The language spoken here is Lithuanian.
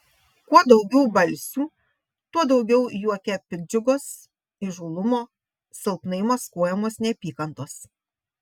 kuo daugiau balsių tuo daugiau juoke piktdžiugos įžūlumo silpnai maskuojamos neapykantos